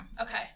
Okay